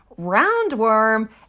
roundworm